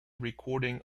recording